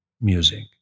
Music